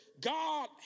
God